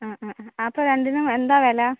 ആ ആ ആ അപ്പോൾ രണ്ടിനും എന്താ വില